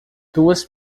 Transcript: duas